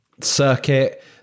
circuit